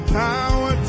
power